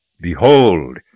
Behold